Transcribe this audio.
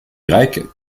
grecques